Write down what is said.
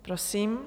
Prosím.